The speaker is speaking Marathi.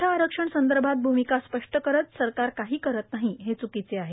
मराठा आरक्षणसंदर्भात भूमिका स्पष्ट करीत सरकार काही करत नाही हे चुकीचे आहे